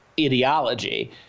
ideology